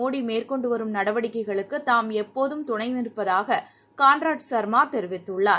மோடி மேற்கொண்டுவரும் நடவடிக்கைகளுக்குதாம் எப்போதும் துணைநிற்பதாககான்ராட் சங்மாதெரிவித்துள்ளார்